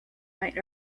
might